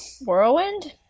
Whirlwind